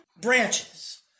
branches